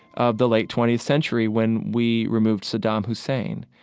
of the late twentieth century when we removed saddam hussein.